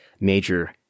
major